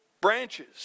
branches